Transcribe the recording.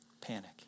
Panic